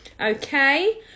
Okay